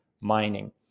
mining